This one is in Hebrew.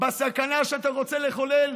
בסכנה שאתה רוצה לחולל